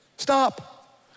Stop